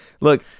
look